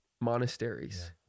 monasteries